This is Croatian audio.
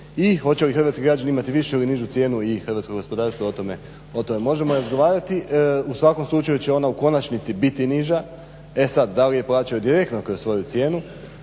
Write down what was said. i hoće li imati hrvatski građani imat višu ili nižu cijenu i hrvatsko gospodarstvo o tome možemo razgovarati. U svakom slučaju će ono u konačnici biti niža, e sad da li je plaćaju direktno kroz svoju cijenu